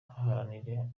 baharanira